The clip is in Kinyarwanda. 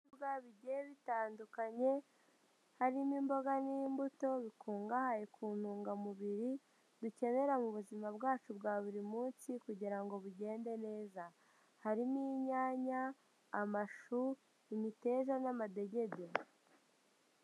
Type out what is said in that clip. Ibicuruzwa bigiye bitandukanye, harimo imboga n'imbuto, bikungahaye ku ntungamubiri dukenera mu buzima bwacu bwa buri munsi kugira ngo bugende neza, hari n'inyanya amashu, imiteja n'amadegede.